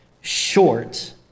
short